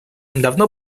давно